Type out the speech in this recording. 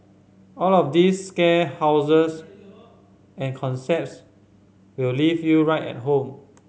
all of these scare houses and concepts will leave you right at home